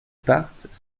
partent